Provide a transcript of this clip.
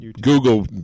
Google